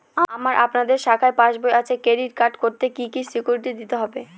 আমার আপনাদের শাখায় পাসবই আছে ক্রেডিট কার্ড করতে কি কি সিকিউরিটি দিতে হবে?